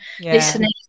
listening